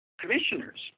commissioners